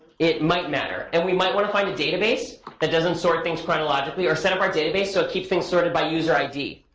it might matter. and we might want to find a database that doesn't sort things chronologically. or set up our database, so it keeps things sorted by user id.